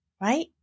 right